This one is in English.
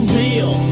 real